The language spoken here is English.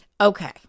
okay